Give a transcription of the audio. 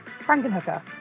Frankenhooker